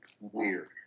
weird